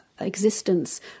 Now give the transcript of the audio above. existence